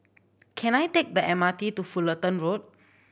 can I take the M R T to Fullerton Road